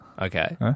Okay